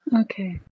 Okay